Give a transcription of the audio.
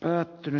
päättyy